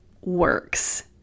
Works